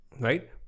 right